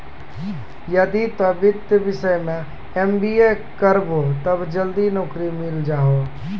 यदि तोय वित्तीय विषय मे एम.बी.ए करभो तब जल्दी नैकरी मिल जाहो